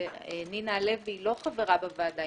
נינה לוי היא לא חברה בוועדה,